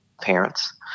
parents